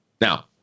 Now